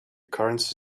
currency